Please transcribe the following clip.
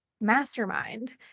mastermind